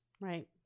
Right